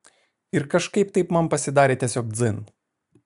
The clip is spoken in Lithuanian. ir kažkaip taip man pasidarė tiesiog dzin